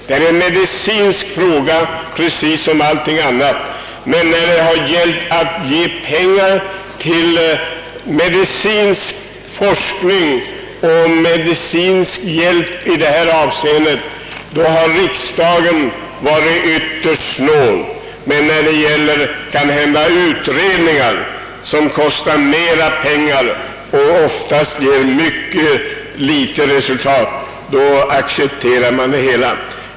Detta är liksom så mycket annat en medicinsk fråga, men när det gällt att anslå medel till medicinsk forskning och hjälp i detta avseende har riksdagen varit ytterst snål. Utredningar som kanhända kostat mera pengar och som oftast givit mycket små resultat har man emellertid accepterat.